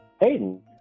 Hayden